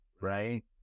right